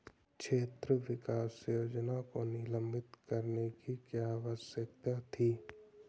क्षेत्र विकास योजना को निलंबित करने की क्या आवश्यकता थी?